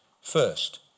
first